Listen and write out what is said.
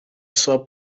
sua